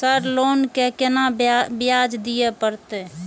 Sir loan के केना ब्याज दीये परतें?